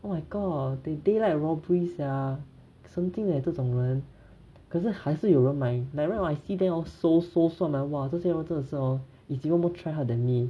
oh my god they daylight robbery sia 神经 leh 这种人可是还是有人买 like right I see them sold sold sold 哇这些人真的是 hor it's even more try hard than me